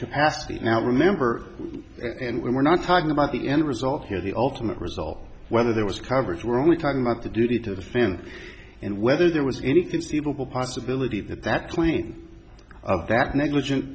capacity now remember and we're not talking about the end result here the ultimate result whether there was coverage we're only talking about the duty to the fan and whether there was any conceivable possibility that that plane of that negligent